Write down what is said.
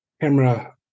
camera